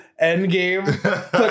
Endgame